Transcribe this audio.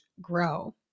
grow